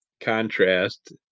contrast